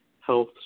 health